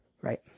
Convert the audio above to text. right